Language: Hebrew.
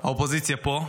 האופוזיציה פה,